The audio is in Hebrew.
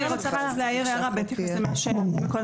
אני רוצה להעיר הערה בהתייחס למה שאמרו קודם